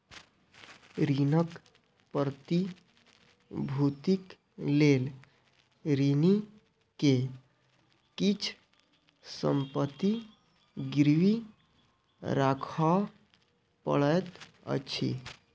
ऋणक प्रतिभूतिक लेल ऋणी के किछ संपत्ति गिरवी राखअ पड़ैत अछि